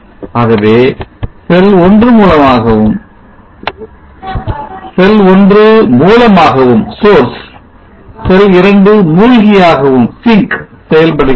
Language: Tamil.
ஆகவே செல் 1 மூலமாகவும் செல் 2 மூழ்கியாகவும் செயல்படுகின்றன